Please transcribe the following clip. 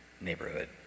neighborhood